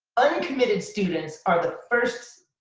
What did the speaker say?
uncommitted students are the first.